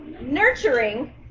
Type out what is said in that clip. nurturing